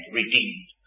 redeemed